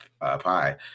Pie